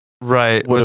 Right